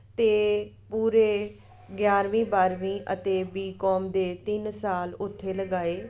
ਅਤੇ ਪੂਰੇ ਗਿਆਰਵੀਂ ਬਾਰਵੀਂ ਅਤੇ ਬੀਕੌਮ ਦੇ ਤਿੰਨ ਸਾਲ ਉੱਥੇ ਲਗਾਏ